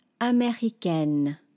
américaine